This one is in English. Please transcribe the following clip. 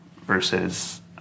versus